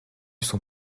son